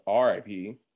RIP